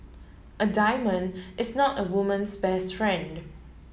a diamond is not a woman's best friend